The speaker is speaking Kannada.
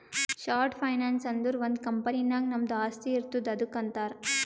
ಶಾರ್ಟ್ ಫೈನಾನ್ಸ್ ಅಂದುರ್ ಒಂದ್ ಕಂಪನಿ ನಾಗ್ ನಮ್ದು ಆಸ್ತಿ ಇರ್ತುದ್ ಅದುಕ್ಕ ಅಂತಾರ್